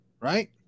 right